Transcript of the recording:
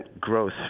growth